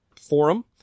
forum